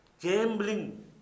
gambling